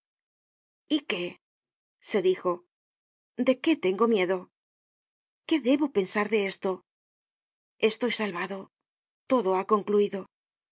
se dijo de qué tengo miedo qué debo pensar de esto estoy salvado todo ha concluido